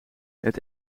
het